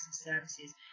services